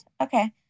Okay